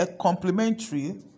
complementary